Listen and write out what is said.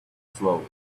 slowly